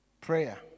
Prayer